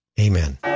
Amen